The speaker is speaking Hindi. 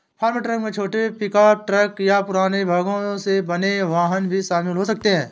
फार्म ट्रक में छोटे पिकअप ट्रक या पुराने भागों से बने वाहन भी शामिल हो सकते हैं